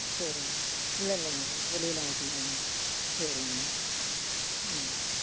சரிங்க இல்லலைங்க வெளிலாம் விட்லங்க சரிங்க ம்